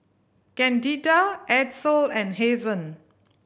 Candida Edsel and Hazen